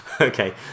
Okay